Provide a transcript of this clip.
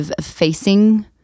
facing